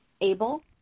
able